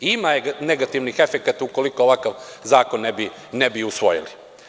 Ima negativnih efekata ukoliko ovakav zakon ne bi usvojili.